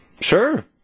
Sure